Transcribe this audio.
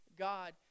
God